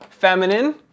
Feminine